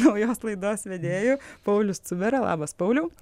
naujos laidos vedėjų paulius cubera labas pauliau